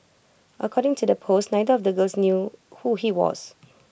according to the post neither of the girls knew who he was